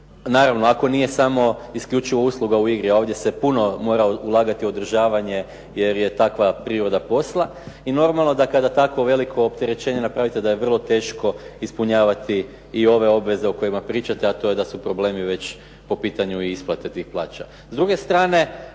naravno ako nije samo isključivo usluga u igri. Ovdje se puno mora ulagati u održavanje jer je takva priroda posla. I normalno da kada tako veliko opterećenje napravite da je vrlo teško ispunjavati i ove obveze o kojima pričate, a to je da su problemi već po pitanju isplate tih plaća.